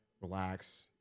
relax